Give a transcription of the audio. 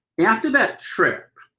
after that trip,